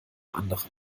anderen